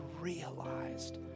realized